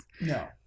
no